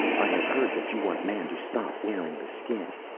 i have heard that you want man to stop wearing the skin.